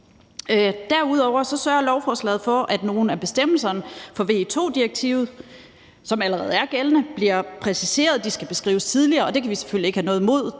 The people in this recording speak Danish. Derudover sørger lovforslaget for, at nogle af bestemmelserne fra VE II-direktivet, som allerede er gældende, bliver præciseret. De skal beskrives tidligere, og det kan vi selvfølgelig ikke have noget imod.